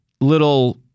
little